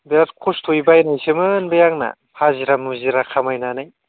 बिरात खस्थ'यै बायनायसोमोन बे आंना हाजिरा मुजिरा खामायनानै